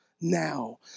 now